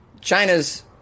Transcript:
China's